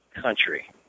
Country